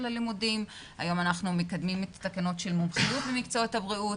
היום אנחנו מקדמים את התקנות של מומחיות במקצועות הבריאות.